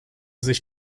sich